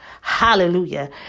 Hallelujah